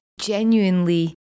genuinely